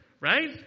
Right